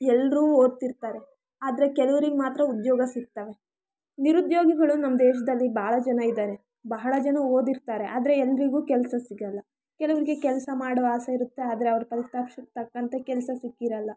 ಎಲ್ಲರೂ ಓದ್ತಿರ್ತಾರೆ ಆದರೆ ಕೆಲವರಿಗೆ ಮಾತ್ರ ಉದ್ಯೋಗ ಸಿಗ್ತವೆ ನಿರುದ್ಯೋಗಿಗಳು ನಮ್ಮ ದೇಶದಲ್ಲಿ ಬಹಳ ಜನ ಇದ್ದಾರೆ ಬಹಳ ಜನ ಓದಿರ್ತಾರೆ ಆದರೆ ಎಲ್ಲರಿಗೂ ಕೆಲಸ ಸಿಗಲ್ಲ ಕೆಲವ್ರಿಗೆ ಕೆಲಸ ಮಾಡುವ ಅಸೆ ಇರುತ್ತೆ ಆದರೆ ಅವರು ಕಲಿತ ತಕ್ಕಂತೆ ಕೆಲಸ ಸಿಕ್ಕಿರಲ್ಲ